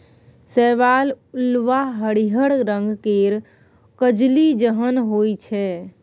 शैवाल उल्वा हरिहर रंग केर कजली जेहन होइ छै